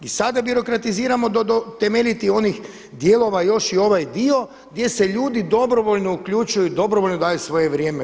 I sada birokratiziramo do temeljitih onih dijelova, još i ovaj dio gdje se ljudi dobrovoljno uključuju i dobrovoljno daju svoje vrijeme.